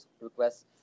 requests